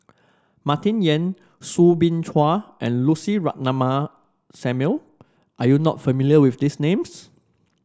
Martin Yan Soo Bin Chua and Lucy Ratnammah Samuel are you not familiar with these names